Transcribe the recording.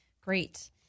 Great